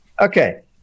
Okay